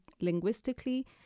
linguistically